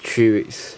three weeks